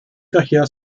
daher